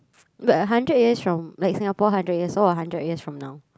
like a hundred years from like Singapore hundred years old or a hundred years from now